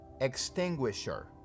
extinguisher